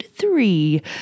Three